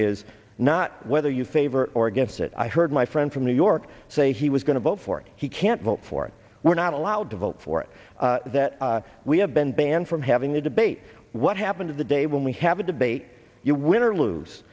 is not whether you favor or against it i heard my friend from new york say he was going to vote for it he can't vote for it we're not allowed to vote for it that we have been banned from having a debate what happened in the day when we have a debate you win or lose